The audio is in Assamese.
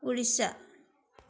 উৰিষ্যা